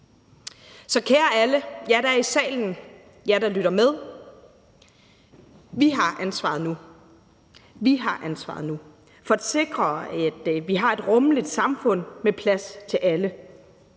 Så kære alle jer, der er i salen, og jer, der lytter med: Vi har ansvaret nu for at sikre, at vi har et rummeligt samfund med plads til alle,